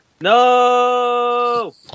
no